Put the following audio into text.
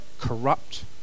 corrupt